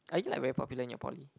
are you like very popular in your poly